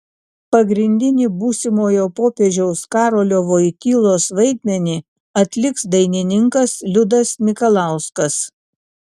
pagrindinį būsimojo popiežiaus karolio vojtylos vaidmenį atliks dainininkas liudas mikalauskas